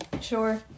Sure